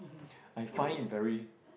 I find it very